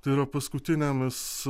tai yra paskutinėmis